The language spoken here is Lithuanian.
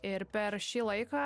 ir per šį laiką